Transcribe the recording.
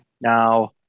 Now